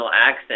accent